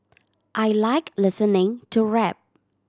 I like listening to rap